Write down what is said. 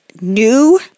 new